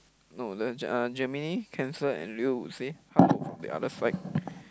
no then uh Gemini Cancer and Leo would say the other side